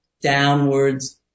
downwards